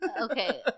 okay